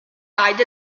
guide